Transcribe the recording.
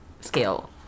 scale